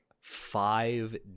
five